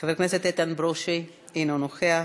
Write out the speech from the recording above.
חבר הכנסת איתן ברושי אינו נוכח,